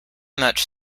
much